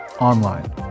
Online